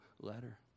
letter